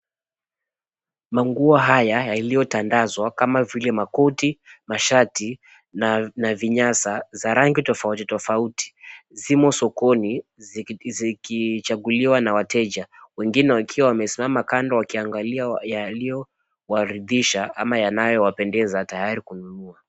Manguo haya yaliyotandazwa kama vile makoti, mashati na vinyasa za rangi tofauti tofauti zimo sokoni zikichaguliwa na wateja. Wengine wakiwa wamesimama kando wakiangalia yaliyowaridhisha ama yanayowapendeza tayari kununua.